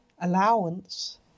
allowance